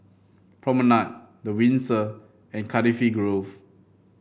Promenade The Windsor and Cardifi Grove